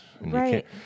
Right